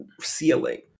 ceiling